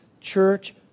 church